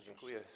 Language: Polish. Dziękuję.